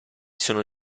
sono